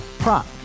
Prop